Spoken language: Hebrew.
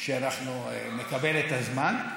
שאנחנו נקבל את הזמן.